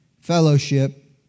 fellowship